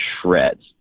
shreds